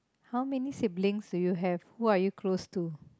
how many siblings do you have who are you close to